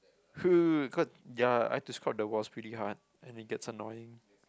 cause ya I has to scrub the walls really hard and it gets annoying